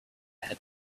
had